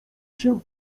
się